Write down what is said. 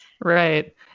Right